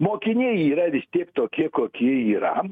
mokiniai yra vis tiek tokie kokie yra